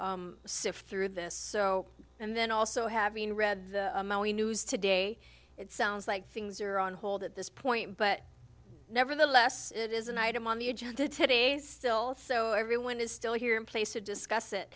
to sift through this and then also having read the news today it sounds like things are on hold at this point but nevertheless it is an item on the agenda today's still so everyone is still here in place to discuss it